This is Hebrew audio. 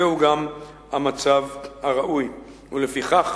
זהו גם המצב הראוי, ולפיכך